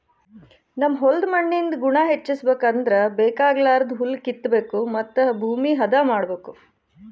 ನಮ್ ಹೋಲ್ದ್ ಮಣ್ಣಿಂದ್ ಗುಣ ಹೆಚಸ್ಬೇಕ್ ಅಂದ್ರ ಬೇಕಾಗಲಾರ್ದ್ ಹುಲ್ಲ ಕಿತ್ತಬೇಕ್ ಮತ್ತ್ ಭೂಮಿ ಹದ ಮಾಡ್ಬೇಕ್